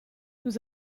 nous